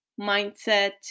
mindset